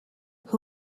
who